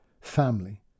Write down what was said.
family